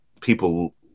people